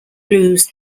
blues